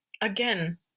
Again